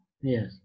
yes